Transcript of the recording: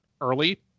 early